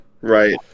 right